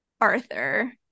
Arthur